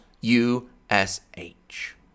U-S-H